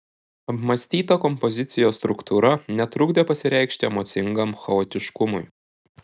apmąstyta kompozicijos struktūra netrukdė pasireikšti emocingam chaotiškumui